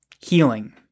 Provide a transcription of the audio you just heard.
healing